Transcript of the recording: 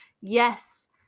Yes